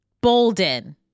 Bolden